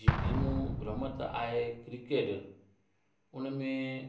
जीअं टीमूं रमत आहे क्रिकेट हुनमें